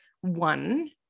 one